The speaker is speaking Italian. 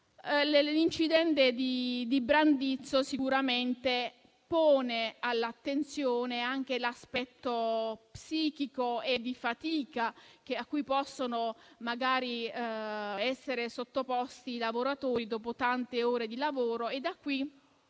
L'incidente di Brandizzo pone sicuramente all'attenzione anche l'aspetto psichico e di fatica a cui possono essere sottoposti i lavoratori dopo tante ore di lavoro. Da qui